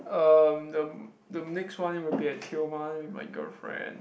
um the the next one will be at Tioman with my girlfriend